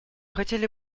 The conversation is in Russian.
хотели